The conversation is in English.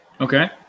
Okay